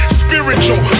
spiritual